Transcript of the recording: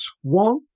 One